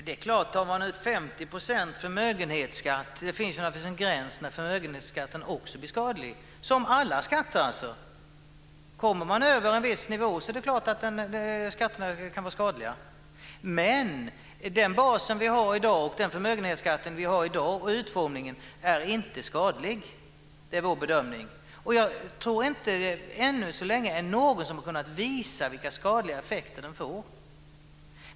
Fru talman! Om man tar ut 50 % förmögenhetsskatt är det klart att den blir skadlig. Det finns naturligtvis en gräns för när också förmögenhetsskatten blir skadlig, precis som alla andra skatter. Kommer man över en viss nivå kan skatterna vara skadliga. Den bas och den förmögenhetsskatt vi har i dag, liksom utformningen av den, är däremot inte skadlig. Det är vår bedömning. Jag tror inte att det än så länge finns någon som har kunnat visa vilka skadliga effekter den får.